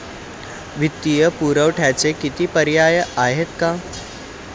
वित्तीय पुरवठ्याचे किती पर्याय आहेत का?